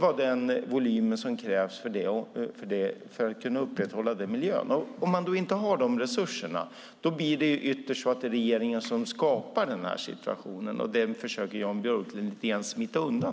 Har man inte dessa resurser är det ytterst regeringens ansvar, och det försöker Jan Björklund lite grann smita undan.